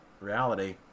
reality